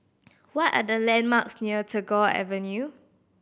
what are the landmarks near Tagore Avenue